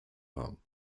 haben